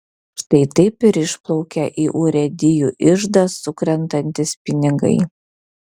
štai taip ir išplaukia į urėdijų iždą sukrentantys pinigai